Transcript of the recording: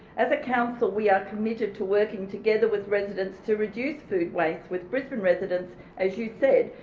as a council we are committed to working together with residents to reduce food waste with brisbane residents as you said,